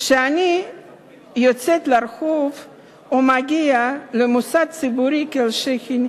כשאני יוצאת לרחוב או מגיעה למוסד ציבורי כלשהו,